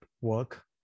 work